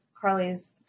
carly's